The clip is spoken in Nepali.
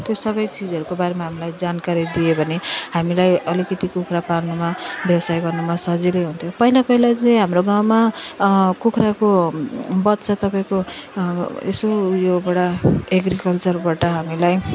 त्यो सब चिजहरूको बारेमा हामीलाई जानकारी दियो भने हामीलाई अलिकति कुखुरा पाल्नुमा व्यवसाय गर्नुमा सजिलो हुन्थ्यो पहिला पहिला चाहिँ हाम्रो गाउँमा कुखुराको बच्चा तपाईँको यसो उयोबाट एग्रिकल्चरबाट हामीलाई